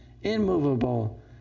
immovable